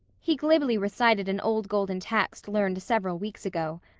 he glibly recited an old golden text learned several weeks ago.